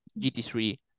GT3